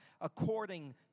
according